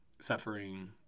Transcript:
suffering